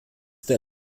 der